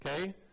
okay